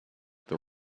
the